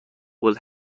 will